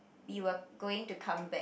we were going to come back